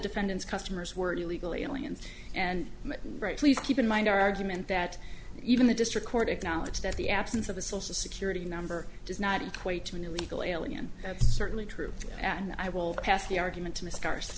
defendant's customers were illegal aliens and right please keep in mind our argument that even the district court acknowledge that the absence of a social security number does not equate to an illegal alien that's certainly true and i will pass the argument to m